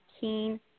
keen